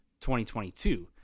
2022